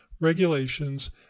regulations